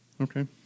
Okay